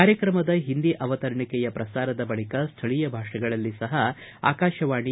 ಕಾರ್ಯಕ್ರಮದ ಹಿಂದಿ ಅವತರಣಿಕೆಯ ಪ್ರಸಾರದ ಬಳಿಕ ಸ್ಟಳೀಯ ಭಾಷೆಗಳಲ್ಲಿ ಸಪ ಆಕಾಶವಾಣಿ